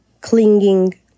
clinging